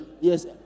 Yes